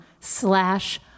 slash